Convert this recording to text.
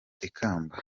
ikamba